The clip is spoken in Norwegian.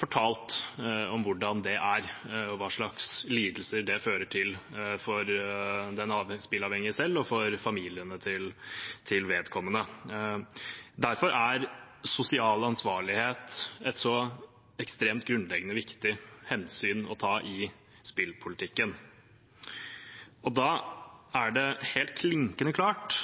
fortalt hvordan det er, og hva slags lidelser det fører til for den spilleavhengige selv og for familien til vedkommende. Derfor er sosial ansvarlighet et så ekstremt grunnleggende viktig hensyn å ta i spillpolitikken. Da er det helt klinkende klart